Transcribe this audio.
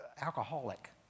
alcoholic